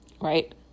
Right